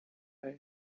day